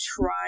try